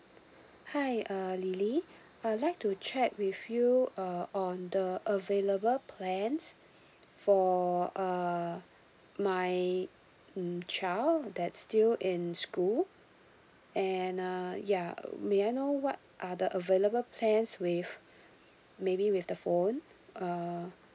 hi uh lily I'd like to check with you uh on the available plans for uh my mm child that still in school and uh ya may I know what are the available plans with maybe with the phone uh